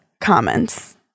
comments